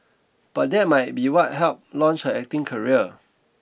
but that might be what helped launch her acting career